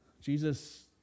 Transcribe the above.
Jesus